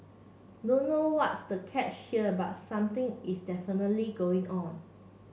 don't know what's the catch but something is going on